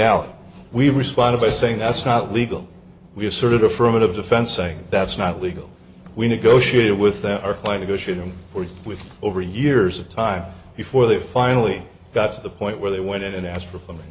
and we responded by saying that's not legal we asserted affirmative defense saying that's not legal we negotiated with them or plan to go shoot them forthwith over years of time before they finally got to the point where they went in and asked for